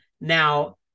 now